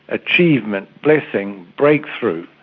achievement, blessing, breakthrough,